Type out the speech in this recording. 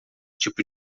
tipo